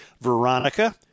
Veronica